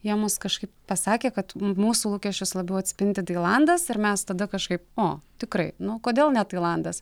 jie mus kažkaip pasakė kad mūsų lūkesčius labiau atspindi tailandas ir mes tada kažkaip o tikrai nu kodėl ne tailandas